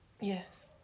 Yes